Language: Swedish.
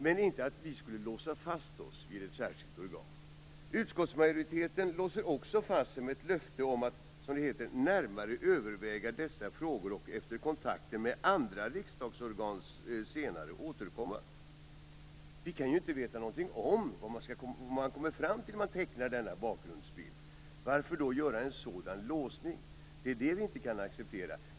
Men vi skall inte låsa fast oss vid ett särskilt organ. Utskottsmajoriteten låser också fast sig med ett löfte om att "närmare överväga dessa frågor och efter kontakter med andra riksdagsorgan senare återkomma". Vi kan inte veta vad man skall komma fram till när man tecknar denna bakgrundsbild. Varför då göra en sådan låsning? Det är det vi inte kan acceptera.